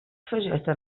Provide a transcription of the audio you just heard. فجأة